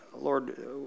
Lord